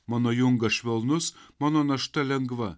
mano jungas švelnus mano našta lengva